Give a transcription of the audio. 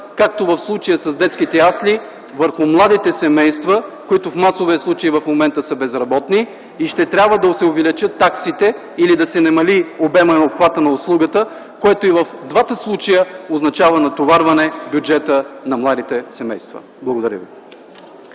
както в случая с детските ясли, върху младите семейства, които в масовия случай в момента са безработни, и ще трябва да се увеличат таксите или да се намали обемът и обхвата на услугата, което и в двата случая означава натоварване бюджета на младите семейства. Благодаря.